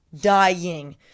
dying